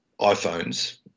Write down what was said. iPhones